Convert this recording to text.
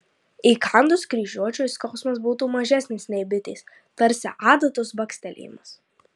įkandus kryžiuočiui skausmas būtų mažesnis nei bitės tarsi adatos bakstelėjimas